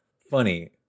funny